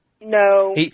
No